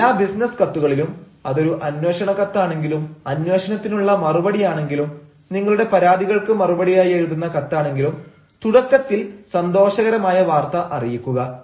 എല്ലാ ബിസിനസ് കത്തുകളിലും അതൊരു അന്വേഷണ കത്താണെങ്കിലും അന്വേഷണത്തിനുള്ള മറുപടിയാണെങ്കിലും നിങ്ങളുടെ പരാതികൾക്ക് മറുപടിയായി എഴുതുന്ന കത്താണെങ്കിലും തുടക്കത്തിൽ സന്തോഷകരമായ വാർത്ത അറിയിക്കുക